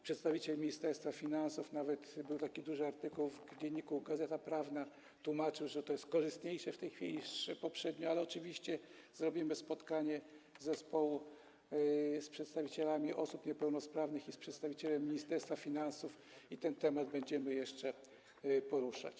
Przedstawiciel Ministerstwa Finansów - nawet był taki duży artykuł w „Dzienniku Gazecie Prawnej” - tłumaczył, że w tej chwili jest to korzystniejsze niż poprzednio, ale oczywiście zrobimy spotkanie zespołu z przedstawicielami osób niepełnosprawnych i przedstawicielem Ministerstwa Finansów i ten temat będziemy jeszcze poruszać.